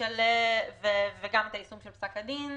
של התקנות, ואת היישום של פסק הדין.